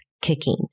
kicking